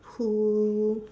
who